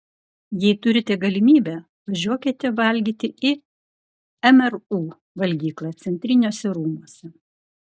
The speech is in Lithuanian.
jei turite galimybę važiuokite valgyti į mru valgyklą centriniuose rūmuose